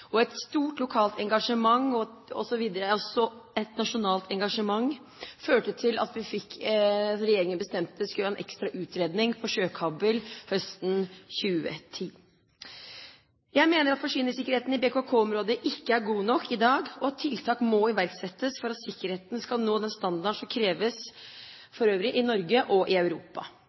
dag. Et stort lokalt engasjement og et nasjonalt engasjement førte til at regjeringen bestemte at vi skulle ha en ekstra utredning om sjøkabel høsten 2010. Jeg mener at forsyningssikkerheten i BKK-området ikke er god nok i dag, og at tiltak må iverksettes for at sikkerheten skal nå den standarden som kreves for det øvrige Norge og i Europa.